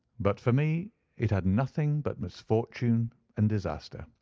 but for me it had nothing but misfortune and disaster.